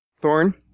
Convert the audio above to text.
Thorn